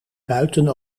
buiten